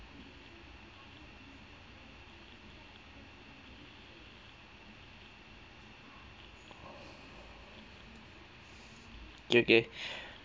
okay okay